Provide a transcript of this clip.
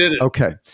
okay